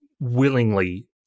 willingly